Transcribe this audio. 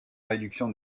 réduction